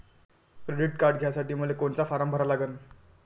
Credit card घ्यासाठी मले कोनचा फारम भरा लागन?